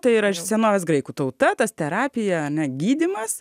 tai yra senovės graikų tauta tas terapija gydymas